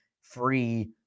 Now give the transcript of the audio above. free